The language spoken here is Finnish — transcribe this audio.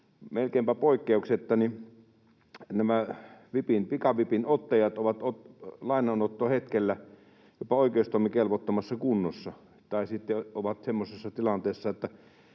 melkeinpä poikkeuksetta nämä pikavipin ottajat ovat lainanottohetkellä jopa oikeustoimikelvottomassa kunnossa tai sitten ovat semmoisessa tilanteessa,